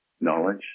knowledge